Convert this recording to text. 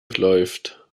läuft